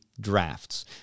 Drafts